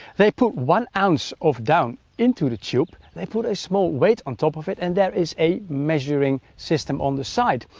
they put one ounce of down into the tube, the put a small weight on top of it, and there is a measuring system on the side.